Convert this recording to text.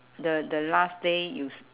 the the last day you s~